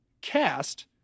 cast